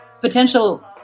potential